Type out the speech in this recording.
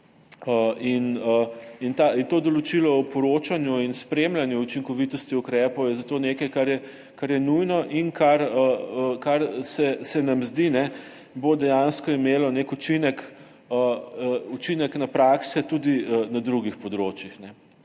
To določilo o poročanju in spremljanju učinkovitosti ukrepov je zato nekaj, kar je nujno in kar se nam zdi, da bo dejansko imelo nek učinek na prakse tudi na drugih področjih.